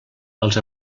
els